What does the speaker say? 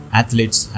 athletes